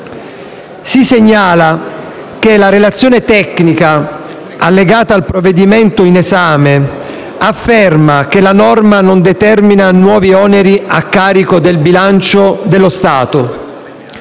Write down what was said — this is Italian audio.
Si segnala che la relazione tecnica allegata al provvedimento in esame afferma che la norma non determina nuovi oneri a carico del bilancio dello Stato,